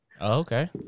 Okay